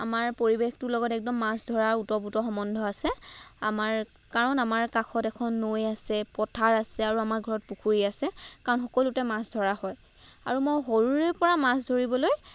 আমাৰ পৰিৱেশটোৰ লগত একদম মাছ ধৰাৰ ওতঃপ্ৰোত সম্বন্ধ আছে আমাৰ কাৰণ আমাৰ কাষত এখন নৈ আছে পথাৰ আছে আৰু আমাৰ ঘৰত পুখুৰী আছে কাৰণ সকলোতে মাছ ধৰা হয় আৰু মই সৰুৰে পৰা মাছ ধৰিবলৈ